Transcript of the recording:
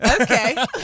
okay